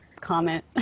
comment